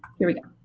here we go.